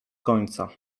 końca